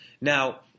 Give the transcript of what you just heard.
Now